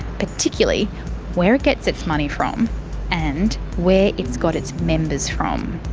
particularly where it gets its money from and where it's got its members from.